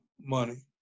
money